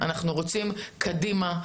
אנחנו רצים קדימה.